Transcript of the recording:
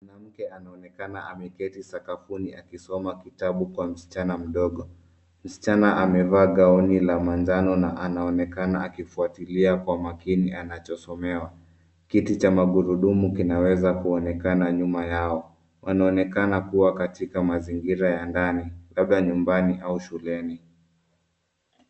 Mwanamke anaonekana ameketi sakafuni akisoma kitabu kwa msichana mdogo. Msichana amevaa gauni la manjano na anaonekana akifuatilia kwa makini anachosomewa. Kiti cha magurudumu kinaweza kuonekana nyuma yao. Wanaonekana kuwa katika mazingira ya ndani labda nyumbani au shuleni.